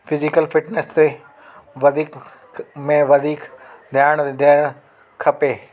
physical fitness ते वधीक में वधीक ध्यानु ॾियणु खपे